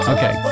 Okay